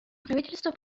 правительство